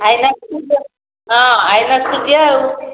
INOX ହଁ ଆଇନକ୍ସ ଯିବା ଆଉ